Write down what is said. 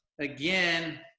again